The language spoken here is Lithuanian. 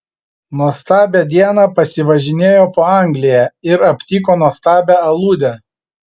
nuostabią dieną pasivažinėjo po angliją ir aptiko nuostabią aludę